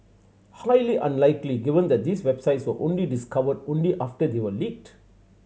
highly unlikely given that these websites were only discovered only after they were leaked